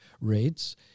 rates